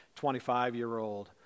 25-year-old